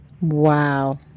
Wow